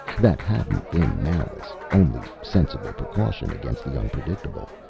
that hadn't been malice, only sensible precaution against the unpredictable.